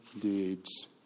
deeds